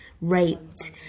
raped